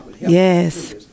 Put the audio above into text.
yes